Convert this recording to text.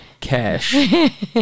Cash